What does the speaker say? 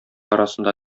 арасында